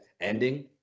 ending